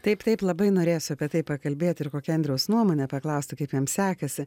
taip taip labai norėjosi apie tai pakalbėt ir kokia andriaus nuomonė paklausti kaip jam sekasi